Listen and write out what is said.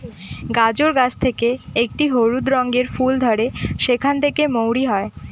গাজর গাছ থেকে একটি হলুদ রঙের ফুল ধরে সেখান থেকে মৌরি হয়